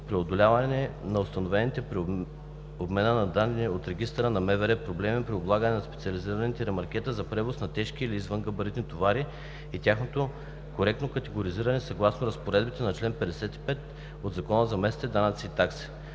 преодоляване на установени при обмена на данните от регистъра на МВР проблеми при облагането на специализирани ремаркета за превоз на тежки или извънгабаритни товари и тяхното коректно категоризиране съгласно разпоредбите на чл. 55 от Закона за местните данъци и такси.